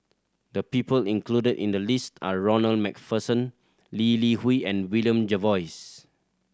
the people included in the list are Ronald Macpherson Lee Li Hui and William Jervois